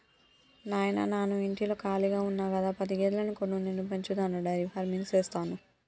నాయిన నాను ఇంటిలో కాళిగా ఉన్న గదా పది గేదెలను కొను నేను పెంచతాను డైరీ ఫార్మింగ్ సేస్తాను